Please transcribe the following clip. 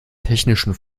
technischen